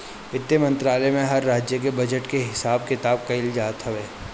वित्त मंत्रालय में हर राज्य के बजट के हिसाब किताब कइल जात हवे